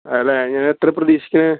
അതെ അല്ലേ നിങ്ങൾ എത്ര പ്രതീക്ഷിക്കുന്നത്